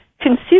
consider